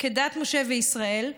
כדת משה וישראל,